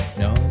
no